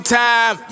time